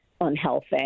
unhealthy